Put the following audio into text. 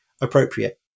appropriate